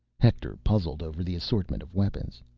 hector puzzled over the assortment of weapons.